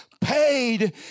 paid